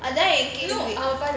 அதான் எனக்கு:athaan enakku